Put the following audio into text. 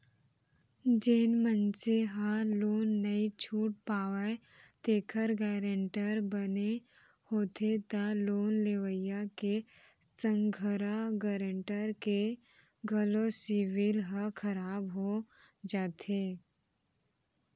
जेन मनसे ह लोन नइ छूट पावय तेखर गारेंटर बने होथे त लोन लेवइया के संघरा गारेंटर के घलो सिविल ह खराब हो जाथे